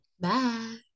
Bye